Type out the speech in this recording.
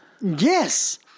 Yes